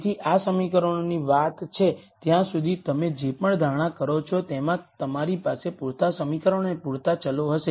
તેથી આ સમીકરણોની વાત છે ત્યાં સુધી તમે જે પણ ધારણા કરો છો તેમાં તમારી પાસે પૂરતા સમીકરણો અને પૂરતા ચલો હશે